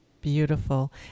Beautiful